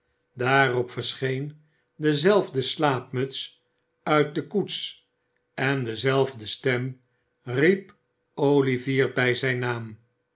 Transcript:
daarop verscheen dezelfde slaapmuts uit de koets en dezelfde stem riep olivier bij zijn naam